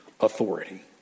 authority